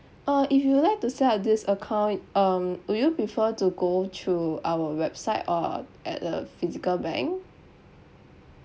uh if you would like to set up this account um would you prefer to go through our website or at a physical bank